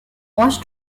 wash